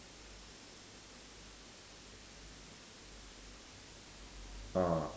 ah